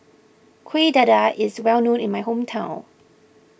Kueh Dadar is well known in my hometown